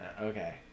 Okay